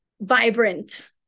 vibrant